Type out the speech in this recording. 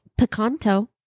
Picanto